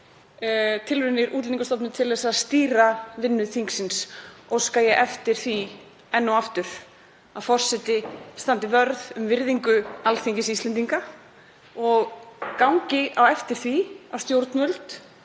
tilraunir Útlendingastofnunar til að stýra vinnu þingsins. Óska ég eftir því enn og aftur að forseti standi vörð um virðingu Alþingis Íslendinga og gangi á eftir því að stjórnvöld